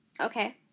Okay